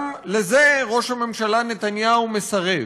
גם לזה ראש הממשלה נתניהו מסרב.